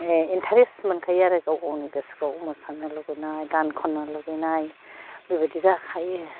interest मोनखायो आरो गाव गावनि गोसोखौ मोसानो लुबैनाय गान खन्नो लुबैनाय बेबादि जाखायो